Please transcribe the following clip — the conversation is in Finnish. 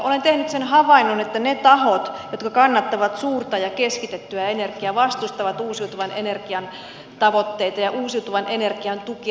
olen tehnyt sen havainnon että ne tahot jotka kannattavat suurta ja keskitettyä energiaa vastustavat uusiutuvan energian tavoitteita ja uusiutuvan energian tukia